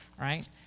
Right